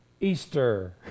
Easter